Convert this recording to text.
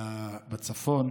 בצפון,